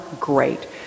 great